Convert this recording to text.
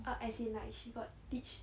but as in like she got teach